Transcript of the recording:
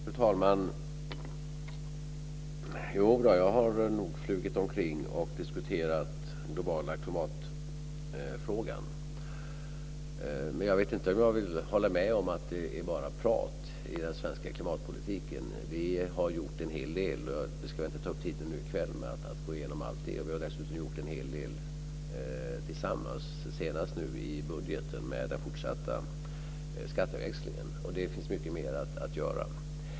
Fru talman! Jo, jag har nog flugit omkring och diskuterat den globala klimatfrågan. Men jag vet inte om jag vill hålla med om att det bara är prat i den svenska klimatpolitiken. Vi har gjort en hel del. Jag ska inte ta upp tiden nu i kväll med att gå igenom allt detta. Vi har dessutom gjort en hel del tillsammans, senast nu i budgeten med den fortsatta skatteväxlingen. Och det finns mycket mer att göra.